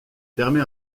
permet